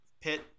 pit